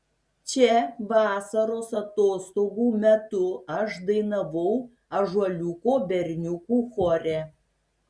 čia vasaros atostogų metu aš dainavau ąžuoliuko berniukų chore